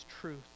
truth